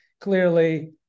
clearly